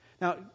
Now